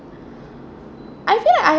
I feel like I